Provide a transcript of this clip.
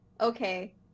okay